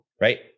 right